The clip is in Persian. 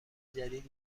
جدید